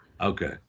Okay